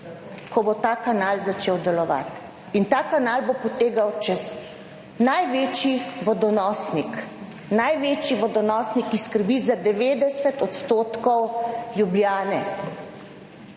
ko bo ta kanal začel delovati, in ta kanal bo potekal čez največji vodonosnik, največji vodonosnik, ki skrbi za 90 % Ljubljane.